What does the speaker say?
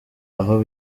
aho